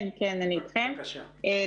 בבקשה.